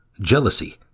Jealousy